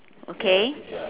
okay